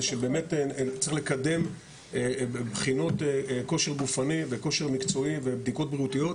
זה שבאמת צריך לקדם בחינות כושר גופני וכושר מקצועי ובדיקות בריאותיות